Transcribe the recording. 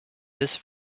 this